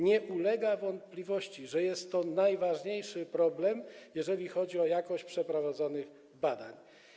Nie ulega wątpliwości, że jest to najważniejszy problem, jeżeli chodzi o jakość przeprowadzonych badań.